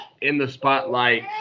in-the-spotlight